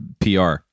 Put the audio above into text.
PR